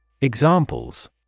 Examples